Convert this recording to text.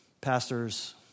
Pastors